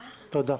תודה.